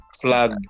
flag